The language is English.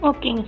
Okay